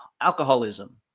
alcoholism